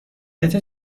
قطعه